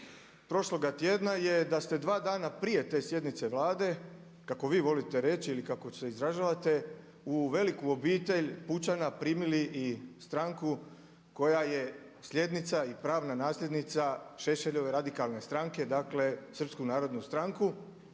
prošloga tjedana je da ste dva dana prije te sjednice Vlade, kako vi to volite reći ili kako se izražavate, u veliku obitelj pučana primili i stranku koja je sljednica i pravna nasljednica Šešeljeve Radikalne stranke, dakle Srpsku narodnu stranku